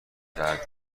درد